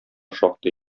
шактый